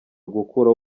gukuraho